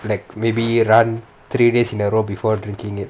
like maybe run three days in a row before drinking it